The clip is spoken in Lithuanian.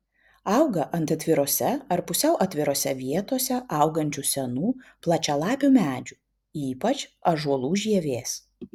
auga ant atvirose ar pusiau atvirose vietose augančių senų plačialapių medžių ypač ąžuolų žievės